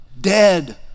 dead